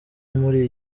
muri